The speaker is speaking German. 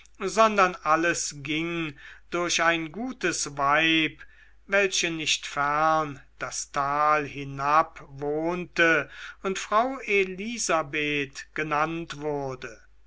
sondern alles ging durch ein gutes weib welche nicht fern das tal hinab wohnte und frau elisabeth genannt wurde